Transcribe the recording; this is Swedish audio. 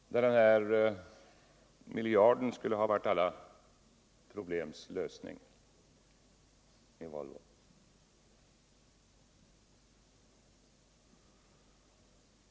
Den här miljarden tycks vara alla problems lösning för Volvo.